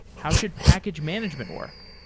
how should package management work?